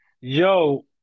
yo